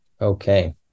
Okay